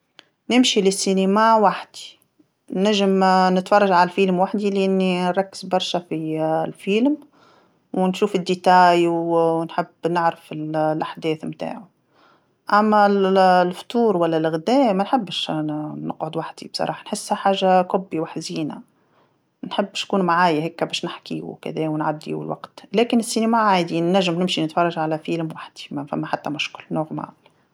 نمشي للسينما وحدي، نجم نتفرج عالفيلم وحدي لأني ن- نركز برشا في الفيلم، ونشوف التفاصيل و- ونحب نعرف ال- الأحداث متاعو، أما ال- الفطور ولا الغدا ما نحبش ن- نقعد وحدي بصراحه، نحسها حاجه كبي وحزينه، نحب شكون معايا هاكا باش نحكي وكذا ونعديو الوقت، لكن السينما عادي نجم نمشي نتفرج على فيلم بوحدي، ما ثما حتى مشكل عادي.